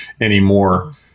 anymore